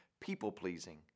people-pleasing